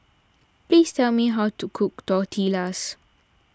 please tell me how to cook Tortillas